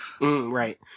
Right